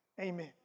Amen